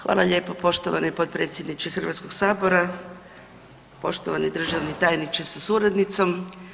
Hvala lijepo, poštovani potpredsjedniče Hrvatskog sabora, poštovani državni tajniče sa suradnicom.